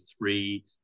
three